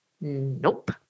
Nope